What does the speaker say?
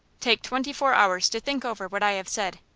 take twenty-four hours to think over what i have said.